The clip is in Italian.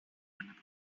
province